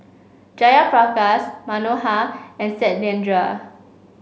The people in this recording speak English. Jayaprakash Manohar and Satyendra